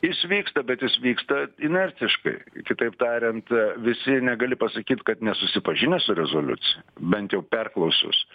jis vyksta bet jis vyksta inertiškai kitaip tariant visi negali pasakyt kad nesusipažinę su rezoliucija bent jau perklausius